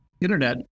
internet